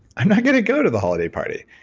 i'm not going to go to the holiday party.